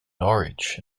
norwich